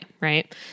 right